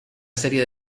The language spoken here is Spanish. serie